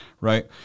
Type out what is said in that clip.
right